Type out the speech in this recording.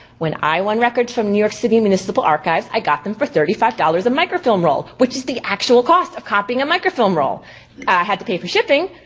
when i won records from new york city municipal archives, i got them for thirty five dollars a microfilm roll. which is the actual costs of copying a microfilm roll. i had to pay for shipping.